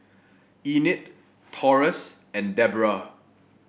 Enid Taurus and Debera